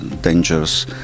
dangerous